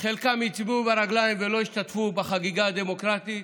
חלקם הצביעו ברגליים ולא השתתפו בחגיגה הדמוקרטית,